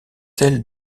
celle